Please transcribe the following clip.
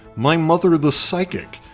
my mother the psychic,